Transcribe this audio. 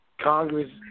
Congress